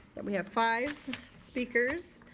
we have five speakers.